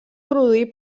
produir